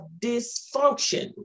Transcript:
dysfunction